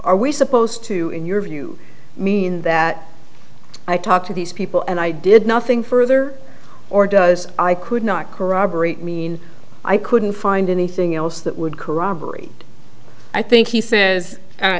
are we supposed to in your view mean that i talk to these people and i did nothing further or does i could not corroborate mean i couldn't find anything else that would corroborate i think he says